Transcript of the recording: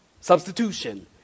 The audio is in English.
Substitution